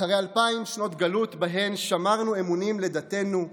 אחרי אלפיים שנות גלות שבהן שמרנו אמונים לדתנו,